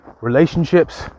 relationships